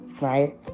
right